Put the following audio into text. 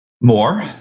more